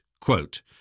quote